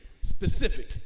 specific